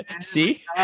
See